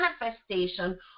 manifestation